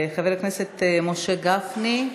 חבר הכנסת משה גפני.